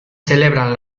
celebran